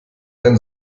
dein